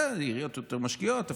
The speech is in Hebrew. עיריות יותר משקיעות,